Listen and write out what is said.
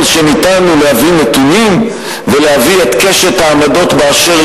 כל שניתן הוא להביא נתונים ולהביא את קשת העמדות באשר